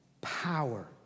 power